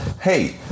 Hey